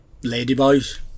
ladyboys